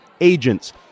agents